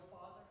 father